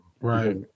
right